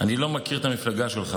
אני לא מכיר את המפלגה שלך,